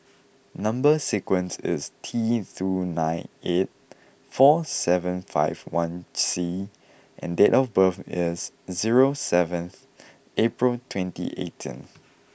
number sequence is T three nine eight four seven five one C and date of birth is zero seventh April twenty eighteenth